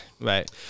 right